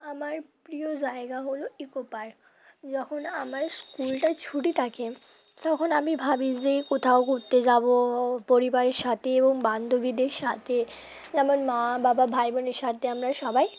আমার প্রিয় জায়গা হলো ইকো পার্ক যখন আমার স্কুলটা ছুটি থাকে তখন আমি ভাবি যে কোথাও ঘুরতে যাব পরিবারের সাথে এবং বান্ধবীদের সাথে যেমন মা বাবা ভাই বোনের সাথে আমরা সবাই